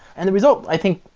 and the result, i think,